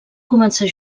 començar